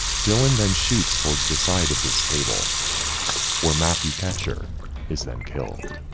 dylan then shoots towards the side of this table where matthew catcher is then killed.